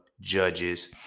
Judges